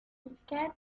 بالكاد